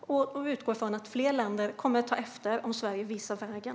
Vi utgår från att fler länder kommer att ta efter om Sverige visar vägen.